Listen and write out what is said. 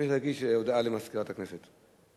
הודעה למזכירת הכנסת.